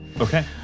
Okay